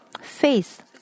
faith